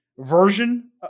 version